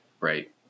right